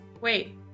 Wait